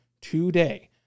today